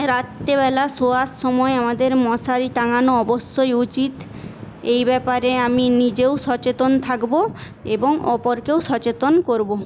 রাত্তেবেলা শোয়ার সময় আমাদের মশারি টাঙানো অবশ্যই উচিৎ এই ব্যাপারে আমি নিজেও সচেতন থাকব এবং অপরকেও সচেতন করব